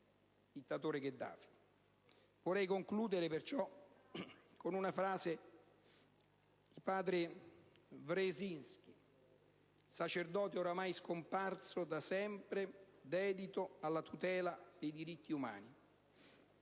dittatore Gheddafi. Vorrei concludere perciò con una frase di Padre Wresinski, sacerdote ormai scomparso, da sempre dedito alla tutela dei diritti